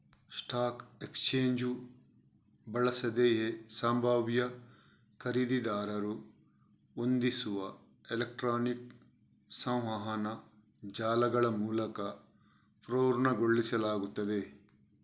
stock exchange ಬಳಸದೆಯೇ ಸಂಭಾವ್ಯ ಖರೀದಿದಾರರು ಹೊಂದಿಸುವ ಎಲೆಕ್ಟ್ರಾನಿಕ್ ಸಂವಹನ ಜಾಲಗಳಮೂಲಕ ಪೂರ್ಣಗೊಳಿಸಲಾಗುತ್ತದೆ